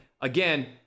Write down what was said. Again